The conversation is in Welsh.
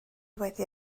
wedi